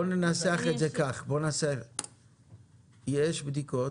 בואו ננסח את זה כך, יש בדיקות